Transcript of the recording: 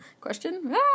question